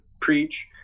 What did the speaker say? preach